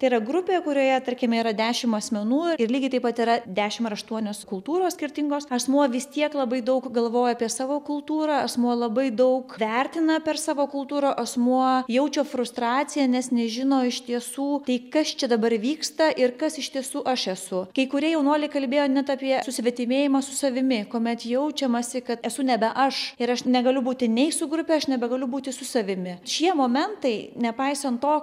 tai yra grupė kurioje tarkim yra dešim asmenų ir lygiai taip pat yra dešim ar aštuonios kultūros skirtingos asmuo vis tiek labai daug galvoja apie savo kultūrą asmuo labai daug vertina per savo kultūrą asmuo jaučia frustraciją nes nežino iš tiesų tai kas čia dabar vyksta ir kas iš tiesų aš esu kai kurie jaunuoliai kalbėjo net apie susvetimėjimą su savimi kuomet jaučiamasi kad esu nebe aš ir aš negaliu būti nei su grupe aš nebegaliu būti su savimi šie momentai nepaisant to